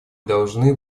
должны